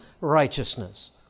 righteousness